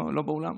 הוא לא באולם,